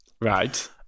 Right